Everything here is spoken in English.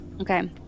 Okay